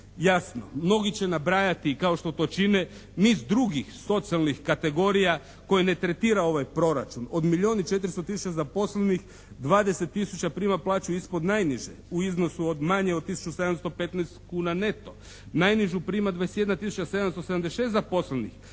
Jasno, mnogi će nabrajati kao što to čine niz drugih socijalnih kategorija koje ne tretira ovaj proračun. Od milijun i 400 tisuća zaposlenih 20 tisuća prima plaću ispod najniže u iznosu od manje od tisuću 715 kuna neto, najnižu prima 21 tisuća 776 zaposlenih